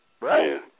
Right